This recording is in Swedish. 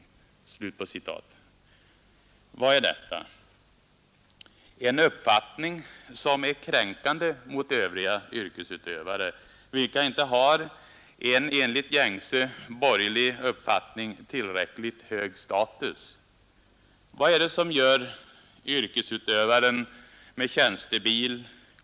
Vad är detta? En uppfattning som är kränkande mot övriga yrkesutövare, vilka inte har en enligt gängse borgerlig upptattning tillräckligt hög status. Vad är det som gör yrkesutövaren med tränstebil.